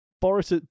Boris